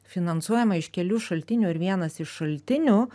finansuojama iš kelių šaltinių ir vienas iš šaltinių